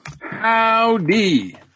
Howdy